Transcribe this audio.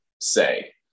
say